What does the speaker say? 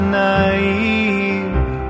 naive